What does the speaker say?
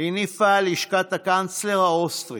הניפה לשכת הקנצלר האוסטרי